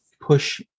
push